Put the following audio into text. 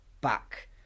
back